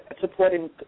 supporting